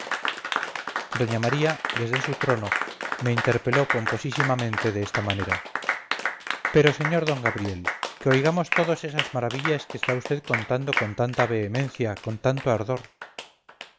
doña maría desde su trono me interpeló pomposísimamente de esta manera pero sr d gabriel que oigamos todos esas maravillas que está usted contando con tanta vehemencia con tanto ardor